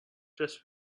just